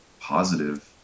positive